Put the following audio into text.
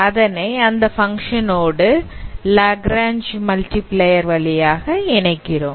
அதனை அந்த பங்க்ஷன் ஓடு லாக்ரங்ச் மல்டிபிளேயர் வழியாக இணைக்கிறோம்